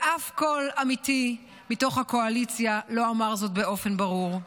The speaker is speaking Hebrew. ואף קול אמיתי מתוך הקואליציה לא אמר זאת באופן ברור.